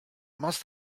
must